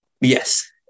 Yes